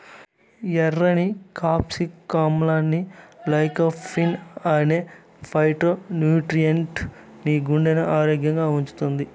ఎర్ర క్యాప్సికమ్లోని లైకోపీన్ అనే ఫైటోన్యూట్రియెంట్ మీ గుండెను ఆరోగ్యంగా ఉంచుతుంది